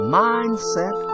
mindset